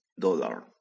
dollar